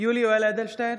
יולי יואל אדלשטיין,